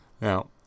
Now